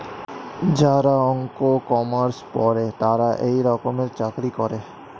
যারা অঙ্ক, কমার্স পরে তারা এই রকমের চাকরি করে